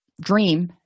dream